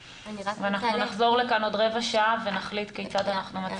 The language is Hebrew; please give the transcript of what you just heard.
ואנחנו נחזור לכאן בעוד רבע שעה ונחליט כיצד אנחנו מצביעים.